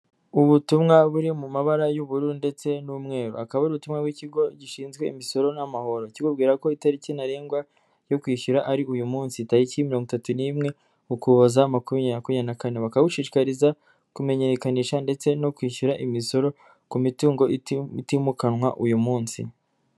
Ubutumwa buri mu mabara y'ubururu ndetse n'umweru, akaba ari ubutumwa bw'ikigo gishinzwe imisoro n'amahoro, kikubwira ko itariki ntarengwa yo kwishyura ari uyu munsi, tariki mirongo itatu n'imwe, ukuboza, makumyabiri makumyabiri na kane, bakaba bagushishikariza kumenyekanisha ndetse no kwishyura imisoro ku mitungo itimukanwa uyu munsi.